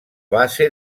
base